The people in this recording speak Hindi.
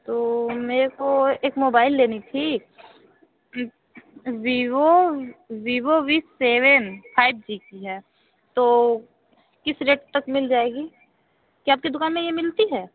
तो मेरे को एक मोबाइल लेनी थी Vivo Vivo V seven five G की है तो किस रेट तक मिल जाएगी क्या आपके दुकान में यह मिलती है